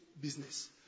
business